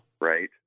Right